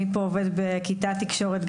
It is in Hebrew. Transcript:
מי פה עובד בכיתת תקשורת,